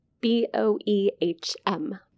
B-O-E-H-M